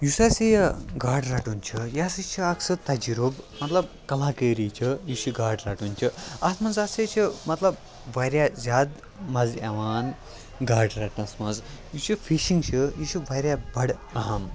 یُس اَسہِ یہِ گاڈٕ رَٹُن چھُ یہِ ہسا چھُ اکھ سُہ تَجرُب مَطلَب کَلاکٲری چھِ یُس یہِ گاڈٕ رَٹُن چھُ اتھ مَنٛز ہَسا چھُ مَطلَب واریاہ زیادٕ مَزٕ یِوان گاڈٕ رَٹنَس مَنٛز یہِ چھُ فِشِنٛگ چھُ یہِ چھُ واریاہ بَڑٕ اہَم